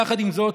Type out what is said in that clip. יחד עם זאת,